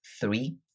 three